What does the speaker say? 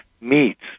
Meats